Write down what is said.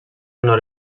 nord